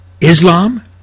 Islam